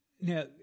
Now